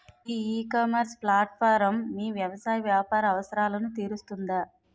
ఈ e commerce platform మీ వ్యవసాయ వ్యాపార అవసరాలను తీరుస్తుందా?